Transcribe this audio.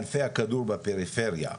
וענפי הכדור בפריפריה,